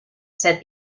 said